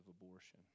abortion